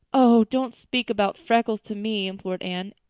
oh, don't speak about freckles to me, implored anne.